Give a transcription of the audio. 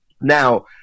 Now